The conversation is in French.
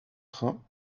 train